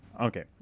Okay